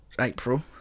April